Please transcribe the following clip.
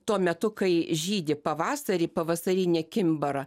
tuo metu kai žydi pavasarį pavasarinė kimbarą